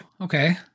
Okay